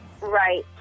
right